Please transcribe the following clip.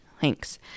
Thanks